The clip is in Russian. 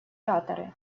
ораторы